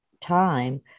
time